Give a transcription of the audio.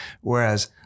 Whereas